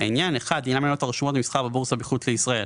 לפי העניין: לעניין מניות הרשמות למסחר בבורסה מחוץ לישראל